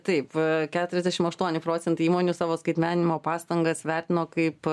taip keturiasdešimt aštuoni procentai įmonių savo skaitmeninimo pastangas vertino kaip